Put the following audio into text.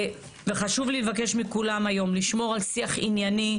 וחשוב לי לבקש מכולם היום לשמור על שיח ענייני,